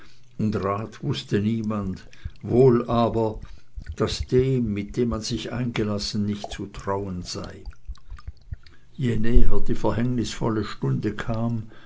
und rat wußte niemand wohl aber daß dem mit dem man sich eingelassen nicht zu trauen sei je näher die verhängnisvolle stunde kam